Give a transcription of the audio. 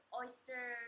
oyster